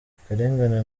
akarengane